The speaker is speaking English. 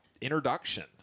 introduction